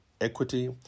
equity